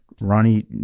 Ronnie